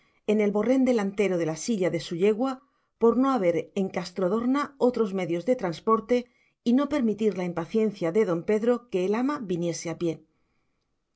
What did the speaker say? en el borrén delantero de la silla de su yegua por no haber en castrodorna otros medios de transporte y no permitir la impaciencia de don pedro que el ama viniese a pie